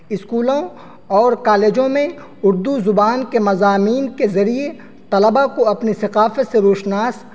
اسکولوں اور کالجوں میں اردو زبان کے مضامین کے ذریعے طلباء کو اپنی ثقافت سے روشناس